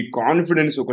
confidence